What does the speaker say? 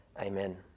Amen